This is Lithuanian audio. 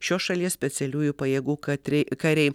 šios šalies specialiųjų pajėgų katriai kariai